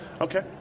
Okay